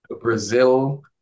Brazil